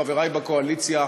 חברי בקואליציה,